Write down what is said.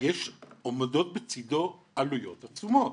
עומדות בצדו עלויות עצומות.